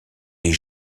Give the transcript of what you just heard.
des